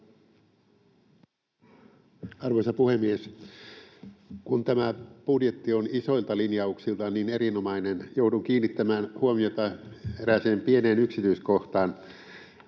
Arvoisa puhemies! Kun tämä budjetti on isoilta linjauksiltaan niin erinomainen, joudun kiinnittämään huomiota erääseen pieneen yksityiskohtaan.